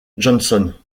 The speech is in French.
johnson